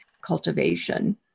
cultivation